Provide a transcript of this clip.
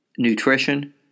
Nutrition